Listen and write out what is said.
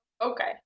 okay